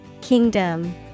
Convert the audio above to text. Kingdom